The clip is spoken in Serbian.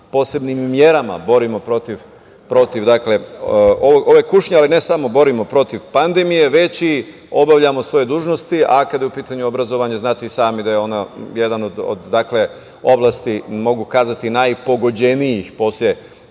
posebnim merama borimo protiv ove kušnje, ali ne samo da se borimo protiv pandemije, već i da obavljamo svoje dužnosti. Kada je u pitanju obrazovanje, znate i sami da je ona jedna od oblasti, mogu kazati, najpogođenijih posle